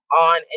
on